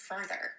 further